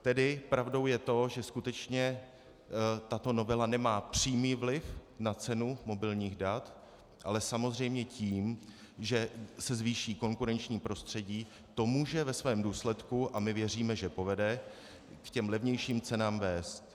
Tedy pravdou je to, že skutečně tato novela nemá přímý vliv na cenu mobilních dat, ale samozřejmě tím, že se zvýší konkurenční prostředí, to může ve svém důsledku a my věříme, že povede k těm levnějším cenám vést.